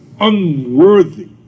unworthy